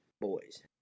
boys